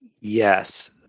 Yes